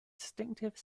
distinctive